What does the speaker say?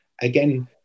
Again